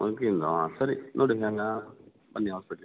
ಸರಿ ನೋಡಿ ಬನ್ನಿ ಹಾಸ್ಪಿಟ್ಲಿಗೆ